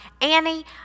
Annie